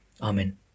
Amen